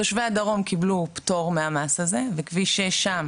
תושבי הדרום קיבלו פטור מהמס הזה וכביש 6 שם